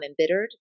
embittered